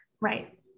Right